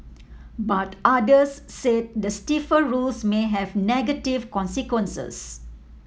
but others said the stiffer rules may have negative consequences